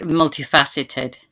multifaceted